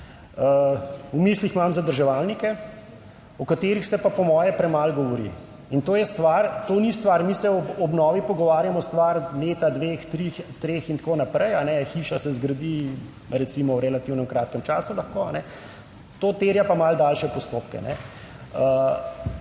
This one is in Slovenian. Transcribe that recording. V mislih imam zadrževalnike, o katerih se pa po moje premalo govori in to ni stvar, mi se o obnovi pogovarjamo, stvar leta, dveh, treh in tako naprej. Hiša se zgradi, recimo, v relativno kratkem času lahko, to terja pa malo daljše postopke.